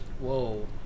Whoa